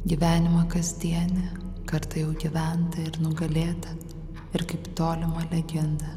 gyvenimą kasdienį kartą jau gyventa ir nugalėta ir kaip tolimą legendą